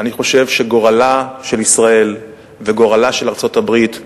אני חושב שגורלה של ישראל וגורלה של ארצות-הברית,